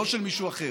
לא של מישהו אחר,